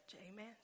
Amen